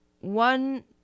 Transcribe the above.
One